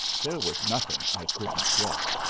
there was nothing i couldn't get.